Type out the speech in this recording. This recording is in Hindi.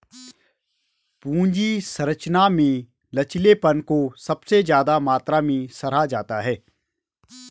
पूंजी संरचना में लचीलेपन को सबसे ज्यादा मात्रा में सराहा जाता है